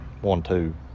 one-two